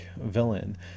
villain